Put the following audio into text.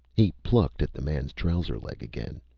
he plucked at the man's trouser-leg again.